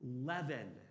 leaven